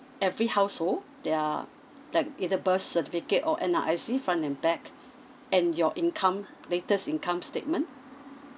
every household there are like either birth certificate or N_R_I_C front and back and your income latest income statement